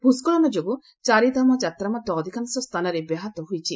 ଭ୍ରସ୍କଳନ ଯୋଗୁଁ ଚାରିଧାମ ଯାତ୍ରା ମଧ୍ୟ ଅଧିକାଂଶ ସ୍ଥାନରେ ବ୍ୟାହତ ହୋଇଛି